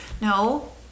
No